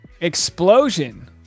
explosion